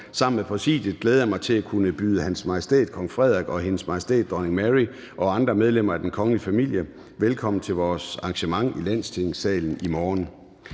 Sammen med Præsidiet glæder jeg mig til at kunne byde Hans Majestæt Kong Frederik, Hendes Majestæt Dronning Mary og andre medlemmer af den kongelige familie velkommen til vores arrangement i Landstingssalen i morgen.